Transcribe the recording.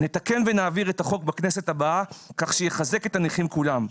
נתקן ונעביר את החוק בכנסת הבאה כך שיחזק את הנכים כולם.